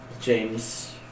James